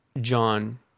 John